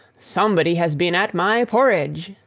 somebody has been at my porridge!